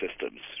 systems